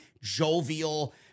jovial